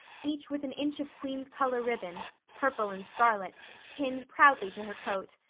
each with an inch of queen's color ribbon purple and scarlet pinned proudly to her coat.